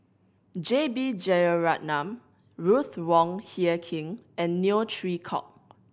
J B Jeyaretnam Ruth Wong Hie King and Neo Chwee Kok